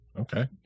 Okay